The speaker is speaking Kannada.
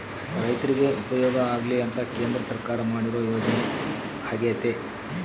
ರೈರ್ತಿಗೆ ಉಪಯೋಗ ಆಗ್ಲಿ ಅಂತ ಕೇಂದ್ರ ಸರ್ಕಾರ ಮಾಡಿರೊ ಯೋಜನೆ ಅಗ್ಯತೆ